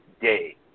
day